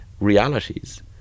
realities